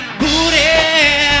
booty